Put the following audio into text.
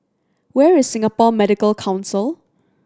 where is Singapore Medical Council